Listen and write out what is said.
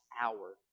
hour